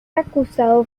acusado